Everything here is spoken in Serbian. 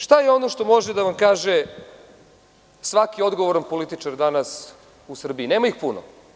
Šta je ono što može da vam kaže svaki odgovoran političar danas u Srbiji, nema ih puno.